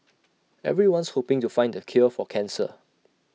everyone's hoping to find the cure for cancer